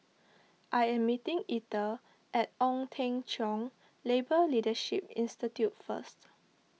I am meeting Ether at Ong Teng Cheong Labour Leadership Institute first